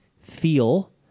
feel